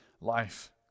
life